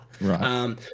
Right